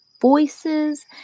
voices